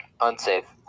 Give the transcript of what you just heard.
Unsafe